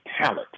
talent